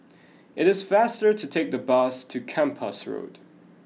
it is faster to take the bus to Kempas Road